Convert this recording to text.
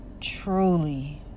truly